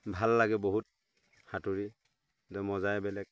ভাল লাগে বহুত সাঁতোৰি একদম মজাই বেলেগ